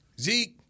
Zeke